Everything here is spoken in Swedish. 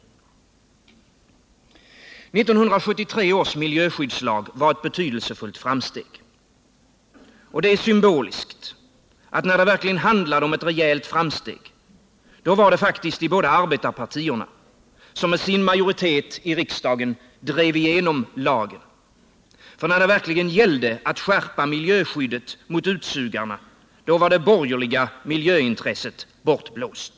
1973 års miljöskyddslag var ett betydelsefullt famsteg. Och det är symboliskt att när det verkligen handlade om ett rejält framsteg, då var det faktiskt de båda arbetarpartierna som med sin majoritet i riksdagen drev igenom lagen. När det verkligen gällde att skärpa miljöskyddet mot utsugarna, då var det borgerliga miljöintresset bortblåst.